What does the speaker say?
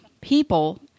people